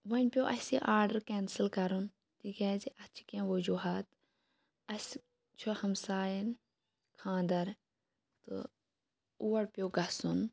وۄنۍ پیٚو اَسہِ یہِ آرڈَر کینسٕل کَرُن تکیازِ اتھ چھِ کینٛہہ وجوہات اَسہِ چھُ ہَمسایَن خانٛدَر تہٕ اور پیٚو گَژھُن